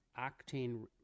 octane